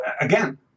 again